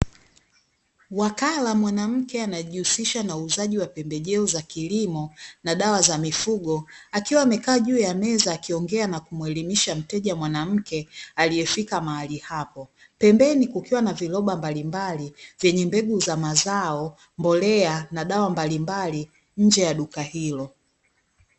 Wakala mwanamke anayejihusisha na uuzaji wa pembejeo za kilimo na dawa za mifugo, akiwa amekaa juu ya meza akiongea na kumuelewesha mteja mwanamke aliyefika mahali hapo. Pembeni kukiwa na viroba mbalimbali vyenye mbegu za mazao, mbolea na dawa mbalimbali nje ya duka hilo.